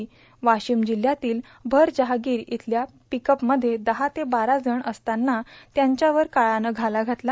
वार्गशम जिल्हयातील भरजहागीर येथील र्पिकअपमध्ये दहा ते बारा जणजात असताना त्यांच्यावर काळाने घाला घातला